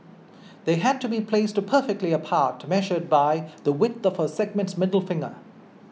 they had to be placed perfectly apart measured by the width of our sergeants middle finger